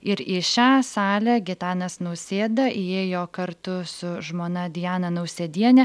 ir į šią salę gitanas nausėda įėjo kartu su žmona diana nausėdiene